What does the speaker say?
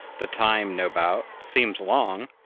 the time, no doubt, seems long,